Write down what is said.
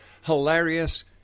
hilarious